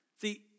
See